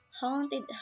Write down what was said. haunted